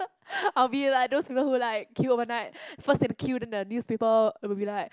I will be like those people who like queue overnight first in the queue then in the newspaper it would be like